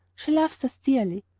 she loves us dearly.